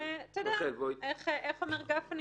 איך אומר גפני?